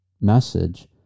message